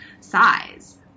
size